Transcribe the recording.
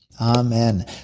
Amen